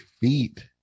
feet